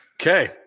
Okay